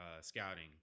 scouting